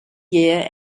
year